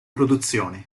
produzione